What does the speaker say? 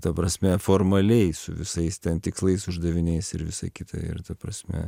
ta prasme formaliai su visais ten tikslais uždaviniais ir visa kita ir ta prasme